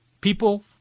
people